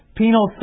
penal